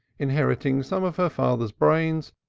inheriting some of her father's brains,